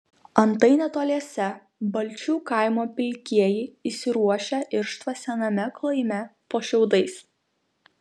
antai netoliese balčių kaimo pilkieji įsiruošę irštvą sename klojime po šiaudais